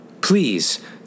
Please